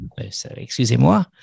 Excusez-moi